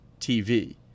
TV